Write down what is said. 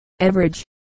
average